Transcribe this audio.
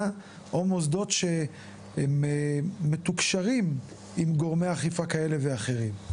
או מוסדות שהם מתוקשרים עם גורמי אכיפה כאלה ואחרים.